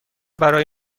برای